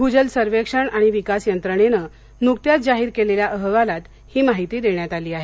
भूजल सर्वेक्षण आणि विकास यंत्रणेनं नुकत्याच जाहीर केलेल्या अहवालात ही माहिती देण्यात आली आहे